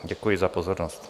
Děkuji za pozornost.